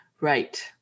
Right